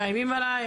מאיימים עליי.